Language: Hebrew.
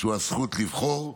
שהוא הזכות לבחור ולהיבחר?